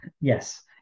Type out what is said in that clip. Yes